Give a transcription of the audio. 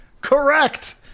correct